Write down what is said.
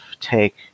take